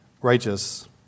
righteous